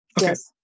Yes